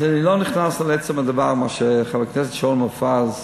אז אני לא נכנס לעצם הדבר שחבר הכנסת שאול מופז הודיע,